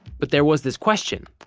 but there was this question,